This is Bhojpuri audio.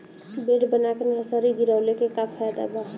बेड बना के नर्सरी गिरवले के का फायदा बा?